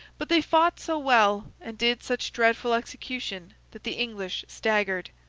but, they fought so well, and did such dreadful execution, that the english staggered.